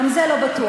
גם זה לא בטוח,